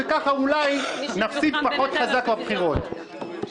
וככה אולי תפסידו פחות חזק בבחירות.